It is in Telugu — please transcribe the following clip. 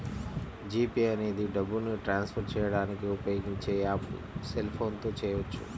జీ పే అనేది డబ్బుని ట్రాన్స్ ఫర్ చేయడానికి ఉపయోగించే యాప్పు సెల్ ఫోన్ తో చేయవచ్చు